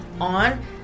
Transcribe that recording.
on